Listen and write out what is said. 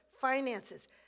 finances